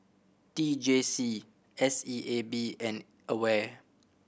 T J C S E A B and AWARE